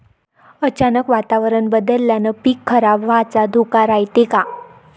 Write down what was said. अचानक वातावरण बदलल्यानं पीक खराब व्हाचा धोका रायते का?